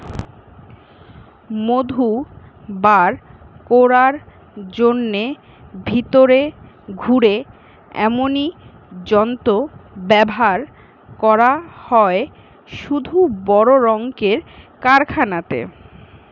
মধু বার কোরার জন্যে ভিতরে ঘুরে এমনি যন্ত্র ব্যাভার করা হয় শুধু বড় রক্মের কারখানাতে